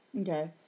Okay